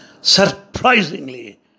surprisingly